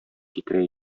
китерә